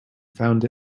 found